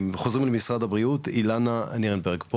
חוזרים למשרד הבריאות, אילנה נירנברג,